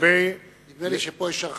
ולגבי, נדמה לי שפה יש הרחבת-יתר,